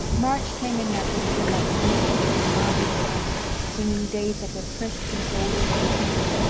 march came in that winter like the meekest and mildest of lambs, bringing days that were crisp and golden and tingling,